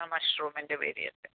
ആ മഷ്റൂമിൻ്റെ വെരിയൻറ്റ്